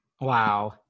Wow